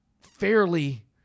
fairly